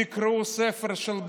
תקראו את הספר של בנו,